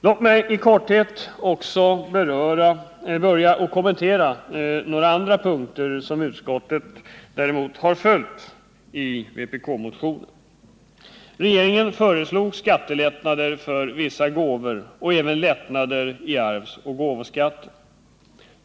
Låt mig i korthet också kommentera några andra punkter där utskottet har följt vpk-motionen. Regeringen föreslog skattelättnader för vissa gåvor och även lättnader i arvsoch gåvoskatten.